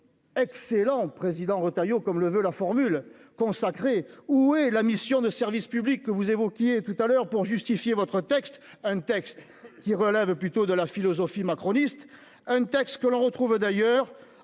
Excellent président Retailleau, comme le veut la formule consacrée, où est la mission de service public que vous évoquiez tout à l'heure pour justifier votre texte, un texte qui relèvent plutôt de la philosophie macroniste un texte que l'on retrouve d'ailleurs,